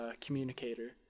communicator